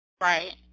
Right